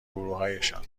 گروهایشان